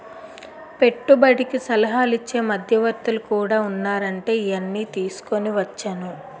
పెట్టుబడికి సలహాలు ఇచ్చే మధ్యవర్తులు కూడా ఉన్నారంటే ఈయన్ని తీసుకుని వచ్చేను